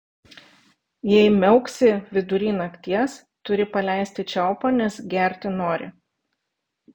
jei miauksi vidury nakties turi paleisti čiaupą nes gerti nori